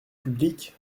public